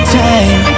time